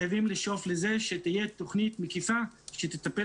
חייבים לשאוף לזה שתהיה תוכנית מקיפה שתטפל